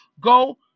Go